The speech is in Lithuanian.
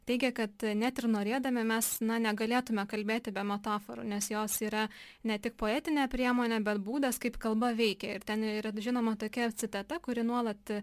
teigia kad net ir norėdami mes na negalėtume kalbėti be metaforų nes jos yra ne tik poetinė priemonė bet būdas kaip kalba veikia ir ten yra žinoma tokia citata kuri nuolat